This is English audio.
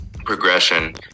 progression